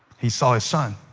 he saw his son.